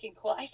cool